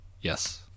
Yes